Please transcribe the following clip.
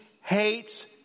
hates